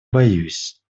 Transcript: боюсь